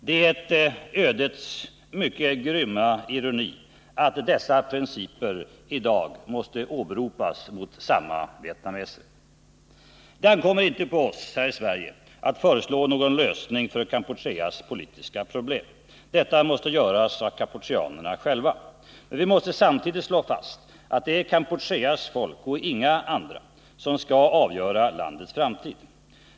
Det är en ödets mycket grymma ironi att dessa principer i dag måste åberopas mot samma vietnameser. Det ankommer inte på oss här i Sverige att föreslå någon lösning av Kampucheas politiska problem. Detta måste göras av kampucheanerna själva. Men vi måste samtidigt slå fast att det är Kampucheas folk, och inga andra, som skall avgöra landets framtid.